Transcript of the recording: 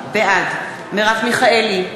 בעד מרב מיכאלי,